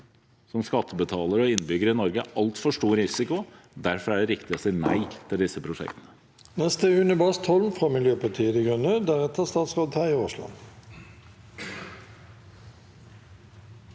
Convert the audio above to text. som skattebetalere og innbyggere i Norge en altfor stor risiko, derfor er det riktig å si nei til disse prosjektene.